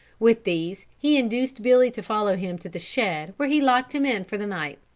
with these he induced billy to follow him to the shed where he locked him in for the night.